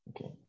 Okay